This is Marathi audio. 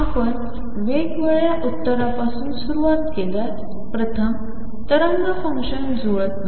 आपण वेगवेगळ्या उतारांपासून सुरुवात केल्यास प्रथम तरंग फंक्शन जुळत नाही